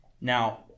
Now